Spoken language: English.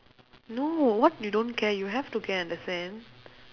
no what you don't care you have to care understand